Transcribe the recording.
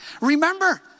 Remember